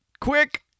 quick